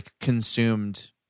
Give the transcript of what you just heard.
consumed